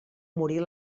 morir